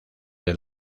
del